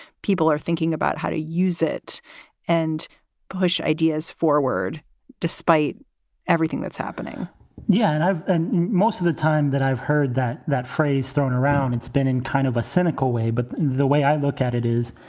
people are thinking about how to use it and push ideas forward despite everything that's happening yeah. and i've most of the time that i've heard that that phrase thrown around, it's been in kind of a cynical way. but the way i look at it is,